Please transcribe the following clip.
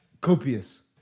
copious